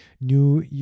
new